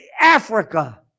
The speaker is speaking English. Africa